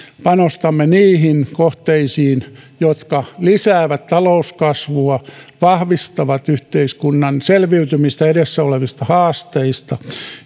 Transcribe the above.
panostamme niihin kohteisiin jotka lisäävät talouskasvua vahvistavat yhteiskunnan selviytymistä edessä olevista haasteista